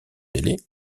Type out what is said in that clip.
délai